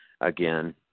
again